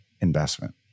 investment